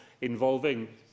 involving